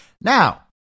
Now